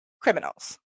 criminals